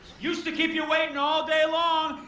used to keep you waiting all day long.